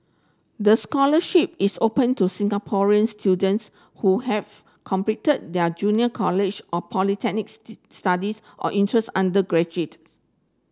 the scholarship is open to Singaporean students who have completed their junior college or polytechnics studies or interested undergraduate